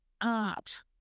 art